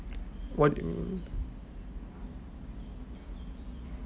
what do you